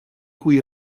cui